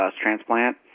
transplant